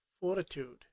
fortitude